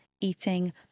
eating